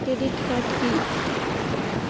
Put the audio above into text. Credit card key?